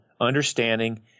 understanding